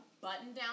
button-down